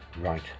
right